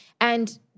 and-